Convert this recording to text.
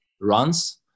runs